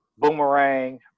Boomerang